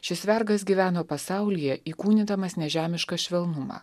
šis vergas gyveno pasaulyje įkūnydamas nežemišką švelnumą